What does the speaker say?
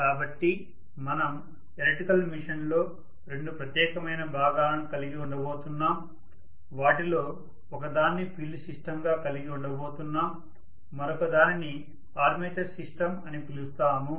కాబట్టి మనం ఎలక్ట్రికల్ మెషీన్లో రెండు ప్రత్యేకమైన భాగాలను కలిగి ఉండబోతున్నాం వాటిలో ఒకదాన్ని ఫీల్డ్ సిస్టమ్గా కలిగి ఉండబోతున్నాం మరొక దానిని ఆర్మేచర్ సిస్టమ్ అని పిలుస్తాము